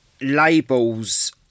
labels